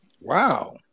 Wow